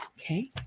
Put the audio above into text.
Okay